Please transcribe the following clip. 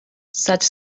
such